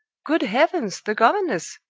good heavens, the governess!